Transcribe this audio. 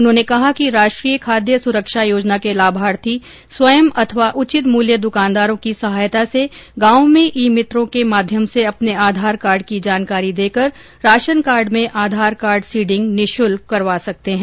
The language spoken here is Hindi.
उन्होंने कहा कि राष्ट्रीय खाद्य सुरक्षा योजना के लाभार्थी स्वयं अथवा उचित मूल्य दुकानदारों की सहायता से गांव में ई मित्रों के माध्यम से अपने आधार कार्ड की जानकारी देकर राशन कार्ड में आधार कार्ड सीडिंग निःशुल्क करवा सकते हैं